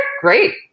great